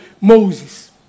Moses